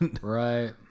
right